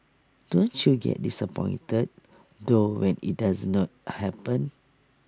don't you get disappointed though when IT does not happen